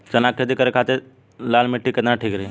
चना के खेती करे के खातिर लाल मिट्टी केतना ठीक रही?